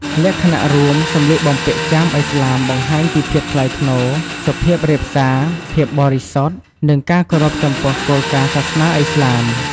លក្ខណៈរួម: សម្លៀកបំពាក់ចាមឥស្លាមបង្ហាញពីភាពថ្លៃថ្នូរ សុភាពរាបសារ ភាពបរិសុទ្ធ និងការគោរពចំពោះគោលការណ៍សាសនាឥស្លាម។